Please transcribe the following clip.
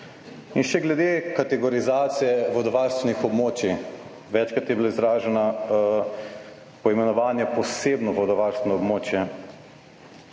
In še glede kategorizacije vodovarstvenih območij. Večkrat je bilo izraženo poimenovanje posebno vodovarstveno območje.